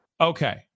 Okay